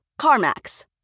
CarMax